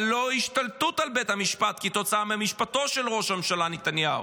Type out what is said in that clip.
אבל לא השתלטות על בית המשפט כתוצאה ממשפטו של ראש הממשלה נתניהו.